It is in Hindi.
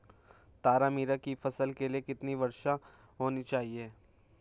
तारामीरा की फसल के लिए कितनी वर्षा होनी चाहिए?